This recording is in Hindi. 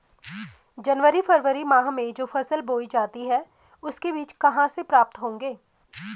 जनवरी फरवरी माह में जो फसल बोई जाती है उसके बीज कहाँ से प्राप्त होंगे?